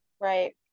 right